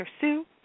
Sue